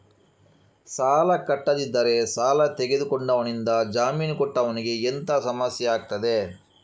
ಸಾಲ ಕಟ್ಟಿಲ್ಲದಿದ್ದರೆ ಸಾಲ ತೆಗೆದುಕೊಂಡವನಿಂದ ಜಾಮೀನು ಕೊಟ್ಟವನಿಗೆ ಎಂತ ಸಮಸ್ಯೆ ಆಗ್ತದೆ?